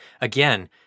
again